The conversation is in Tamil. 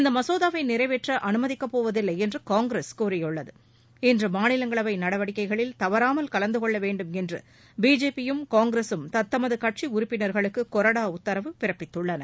இந்த மசோதாவை நிறைவேற்ற அனுமதிக்கப்போவதில்லை என்று காங்கிரஸ் கூறியுள்ளது இன்று மாநிலங்களவை நடவடிக்கைகளில் தவறாமல் கலந்து கொள்ள வேண்டும் என்று பிஜேபியும் காங்கிரசும் தத்தமது கட்சி உறுப்பினர்களுக்கு கொறடா உத்தரவு பிறப்பித்துள்ளன